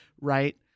right